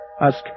Ask